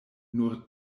nur